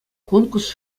конкурс